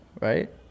right